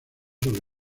sobre